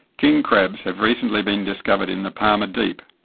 king crabs have recently been discovered in the palmer deep,